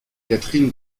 catherine